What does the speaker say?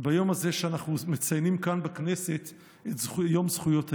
ביום הזה שאנחנו מציינים כאן בכנסת את יום זכויות הילד?